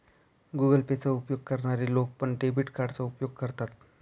Google Pay चा उपयोग करणारे लोक पण, डेबिट कार्डचा उपयोग करतात